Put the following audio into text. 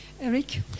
Eric